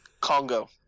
Congo